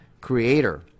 creator